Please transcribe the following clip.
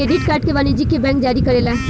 credit card के वाणिजयक bank जारी करेला